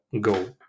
go